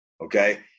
Okay